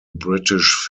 british